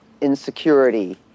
insecurity